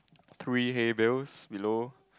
three hay bells below